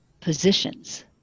positions